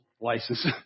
license